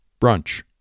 brunch